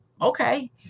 Okay